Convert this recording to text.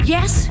Yes